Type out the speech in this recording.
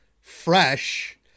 fresh